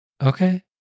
Okay